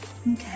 Okay